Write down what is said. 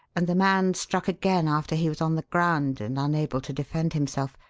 and the man struck again after he was on the ground and unable to defend himself.